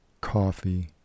coffee